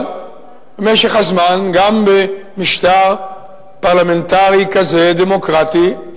אבל במשך הזמן, גם במשטר פרלמנטרי כזה, דמוקרטי,